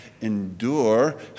endure